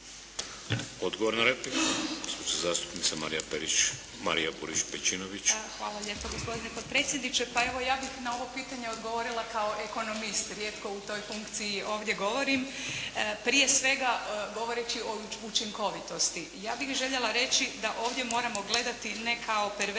Odgovor na repliku gospođa zastupnica Marija Pejčinović Burić. **Pejčinović Burić, Marija (HDZ)** Hvala lijepo gospodine potpredsjedniče. Pa evo ja bih na ovo pitanje odgovorila kao ekonomist, rijetko u toj funkciji ovdje govorim. Prije svega govoreći o učinkovitosti, ja bih željela reći da ovdje moramo gledati ne kao perverzni